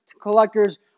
collectors